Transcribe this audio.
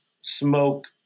smoke